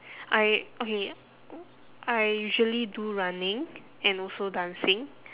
I okay I usually do running and also dancing